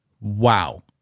Wow